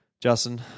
Justin